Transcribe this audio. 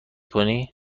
کنی